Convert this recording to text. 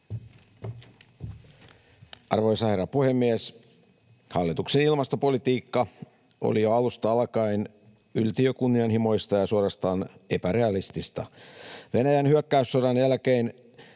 Arvoisa herra puhemies! Hallituksen ilmastopolitiikka oli jo alusta alkaen yltiökunnianhimoista ja suorastaan epärealistista. Venäjän hyökkäyssodan jälkeen